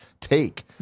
take